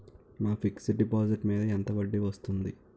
నా fixed deposit మీద ఎంత వడ్డీ వస్తుంది?